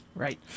Right